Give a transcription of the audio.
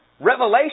revelation